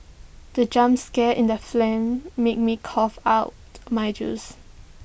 the jump scare in the fling made me cough out my juice